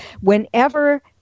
whenever